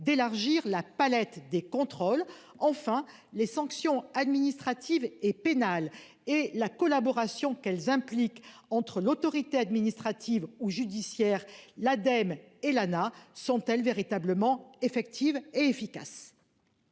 d'élargir la palette des contrôles. Enfin, les sanctions administratives et pénales et la collaboration qu'elles impliquent entre l'autorité administrative ou judiciaire. L'Ademe Elana sont-elles véritablement effective et efficace.